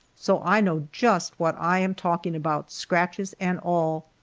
so i know just what i am talking about, scratches and all.